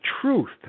truth